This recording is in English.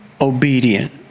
obedient